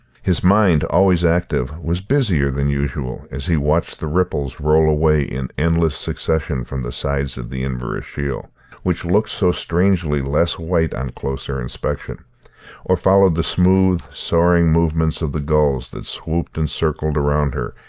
his mind, always active, was busier than usual as he watched the ripples roll away in endless succession from the sides of the inverashiel which looked so strangely less white on closer inspection or followed the smooth soaring movements of the gulls that swooped and circled around her,